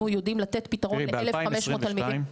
יודעים לתת פתרון לאלף חמש מאות תלמידים.